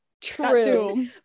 True